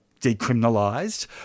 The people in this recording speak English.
decriminalised